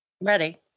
Ready